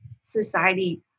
society